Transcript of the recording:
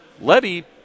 Levy